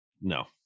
No